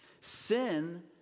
Sin